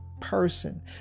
person